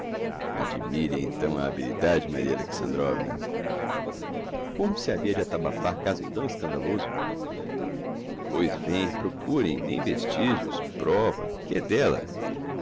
admirem então a habilidade de maria alexandrovna como se havia de atabafar caso tão escandaloso pois bem procurem nem vestigios prova que é della